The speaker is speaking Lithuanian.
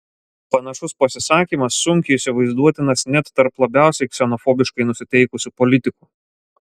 panašus pasisakymas sunkiai įsivaizduotinas net tarp labiausiai ksenofobiškai nusiteikusių politikų